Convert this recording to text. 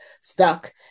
stuck